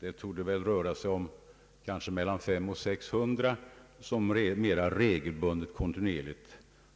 Det torde röra sig om 500—600 läkare som mera regelbundet